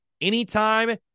anytime